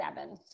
seven